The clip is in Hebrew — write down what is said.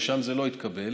ושם זה לא התקבל.